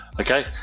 okay